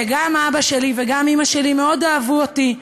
וגם אבא שלי וגם אימא שלי מאוד אהבו אותי.